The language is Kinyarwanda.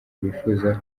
bifuza